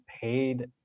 paid